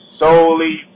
solely